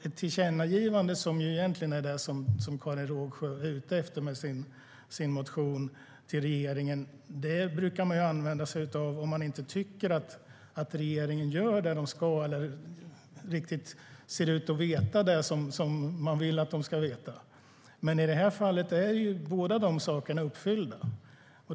Ett tillkännagivande till regeringen, som Karin Rågsjö egentligen är ute efter i sin motion, brukar man använda sig av om man inte tycker att regeringen gör det den ska eller inte riktigt verkar veta det som man vill att den ska veta. Men i det här fallet är båda dessa saker uppfyllda.